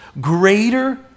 greater